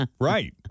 Right